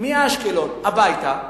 מאשקלון הביתה,